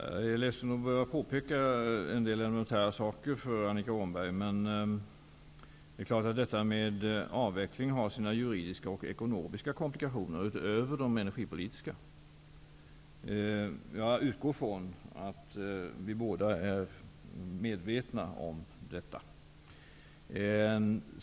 Fru talman! Jag är ledsen att behöva påpeka en del elementära saker för Annika Åhnberg, men detta med avvecklingen har sina juridiska och ekonomiska komplikationer, utöver de energipolitiska. Jag utgår från att vi båda är medvetna om detta.